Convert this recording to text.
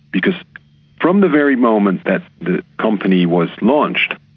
because from the very moment that the company was launched,